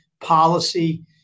policy